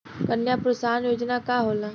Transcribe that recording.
कन्या प्रोत्साहन योजना का होला?